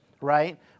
right